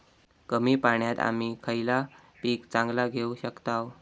कमी पाण्यात आम्ही खयला पीक चांगला घेव शकताव?